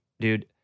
dude